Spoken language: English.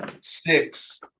Six